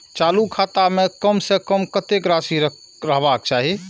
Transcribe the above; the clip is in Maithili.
चालु खाता में कम से कम कतेक राशि रहबाक चाही?